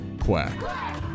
quack